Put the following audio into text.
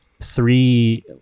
three